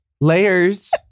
Layers